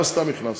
לא סתם הכנסנו,